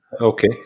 Okay